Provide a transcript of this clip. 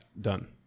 done